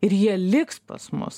ir jie liks pas mus